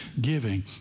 giving